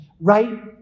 right